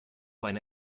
eine